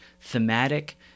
thematic